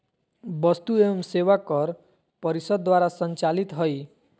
वस्तु एवं सेवा कर परिषद द्वारा संचालित हइ